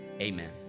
amen